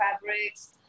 fabrics